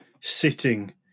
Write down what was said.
sitting